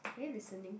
are you listening